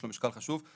יש לו משקל חשוב.